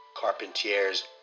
Carpentier's